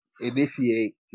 initiate